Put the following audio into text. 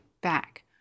back